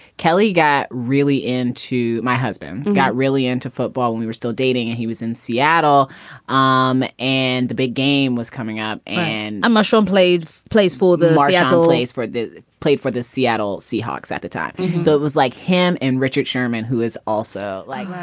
kelley got really into my husband and got really into football when we were still dating. and he was in seattle um and the big game was coming up and a mushroom played plays for the marseillaise for played for the seattle seahawks at the time so it was like him and richard sherman, who is also like,